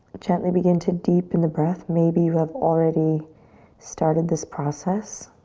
gently begin to deepen the breath. maybe you have already started this process.